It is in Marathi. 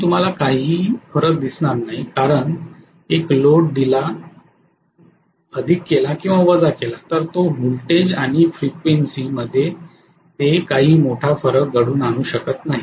म्हणून तुम्हाला काहीही फरक दिसणार नाही कारण एक लोड दिला अधिक केला किंवा वजा केला तर तो व्होल्टेज आणि फ्रिक्वेन्सी मध्ये ते काही मोठा फरक घडवून आणू शकत नाही